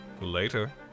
Later